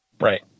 Right